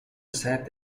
seth